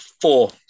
Four